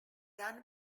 run